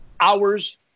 hours